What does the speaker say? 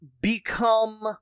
Become